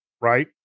Right